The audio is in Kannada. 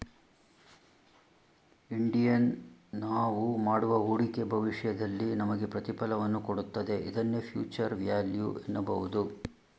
ಇಂಡಿಯನ್ ನಾವು ಮಾಡುವ ಹೂಡಿಕೆ ಭವಿಷ್ಯದಲ್ಲಿ ನಮಗೆ ಪ್ರತಿಫಲವನ್ನು ಕೊಡುತ್ತದೆ ಇದನ್ನೇ ಫ್ಯೂಚರ್ ವ್ಯಾಲ್ಯೂ ಎನ್ನಬಹುದು